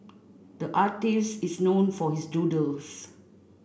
the artist is known for his doodles